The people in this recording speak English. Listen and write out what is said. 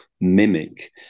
mimic